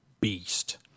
beast